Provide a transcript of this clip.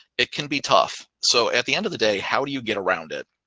it can be tough. so at the end of the day, how do you get around it?